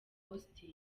austin